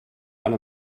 alle